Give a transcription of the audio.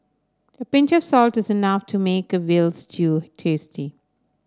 a pinch of salt is enough to make a veal stew tasty